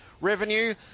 revenue